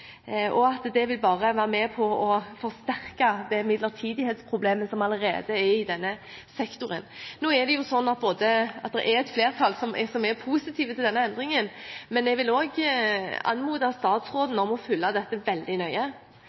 mener at midlertidigheten vil øke ved en sånn endring og være med på å forsterke det midlertidighetsproblemet som allerede er i denne sektoren. Et flertall er positiv til denne endringen, men jeg vil anmode statsråden om å følge dette veldig nøye.